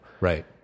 Right